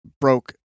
broke